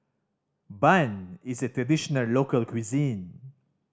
bun is a traditional local cuisine